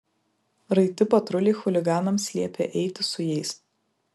raiti patruliai chuliganams liepė eiti su jais